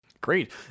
Great